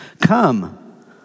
Come